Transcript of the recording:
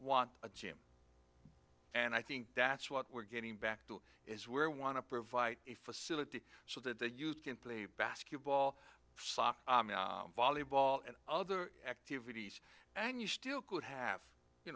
want a gym and i think that's what we're getting back to is where we want to provide a facility so that they used to play basketball soccer volleyball and other activities and you still could have you